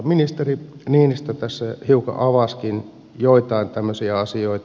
ministeri niinistö tässä hiukan avasikin joitain tämmöisiä asioita